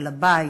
על הבית,